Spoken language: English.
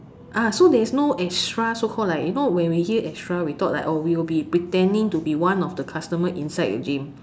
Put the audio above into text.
ah so there is no extra so called like you know when we hear extra we thought like oh we will be pretending to be one of the customer inside a gym